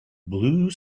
blue